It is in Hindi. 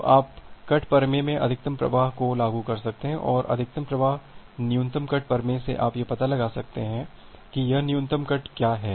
तो आप कट प्रमेय में अधिकतम प्रवाह को लागू कर सकते हैं और अधिकतम प्रवाह न्यूनतम कट प्रमेय से आप यह पता लगा सकते हैं कि यहां न्यूनतम कट क्या है